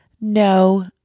no